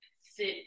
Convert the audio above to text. sit